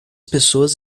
pessoas